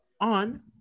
on